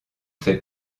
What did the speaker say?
fait